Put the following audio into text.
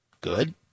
Good